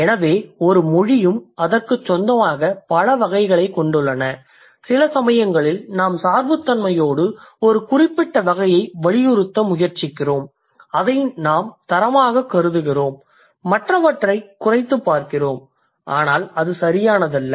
எனவே ஒவ்வொரு மொழியும் அதற்குச் சொந்தமாக பல வகைகளைக் கொண்டுள்ளன சில சமயங்களில் நாம் சார்புத்தன்மையோடு ஒரு குறிப்பிட்ட வகையை வலியுறுத்த முயற்சிக்கிறோம் அதை நாம் தரமாகக் கருதுகிறோம் மற்றவற்றைக் குறைத்துப் பார்க்கிறோம் ஆனால் அது சரியானதல்ல